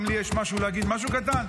גם לי יש משהו להגיד, משהו קטן.